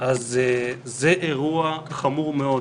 זה אירוע חמור מאוד.